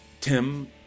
tim